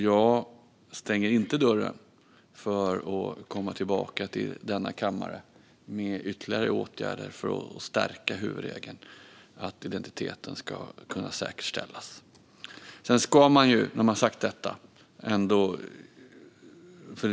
Jag stänger inte dörren för att återkomma till kammaren med ytterligare åtgärder för att stärka huvudregeln att identiteten ska kunna säkerställas.